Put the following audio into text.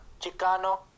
Chicano